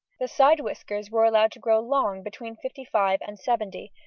the side whiskers were allowed to grow long between fifty-five and seventy,